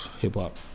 hip-hop